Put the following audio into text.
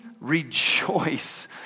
rejoice